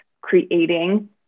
creating